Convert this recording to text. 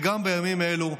וגם בימים אלו,